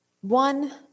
One